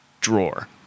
drawer